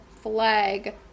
flag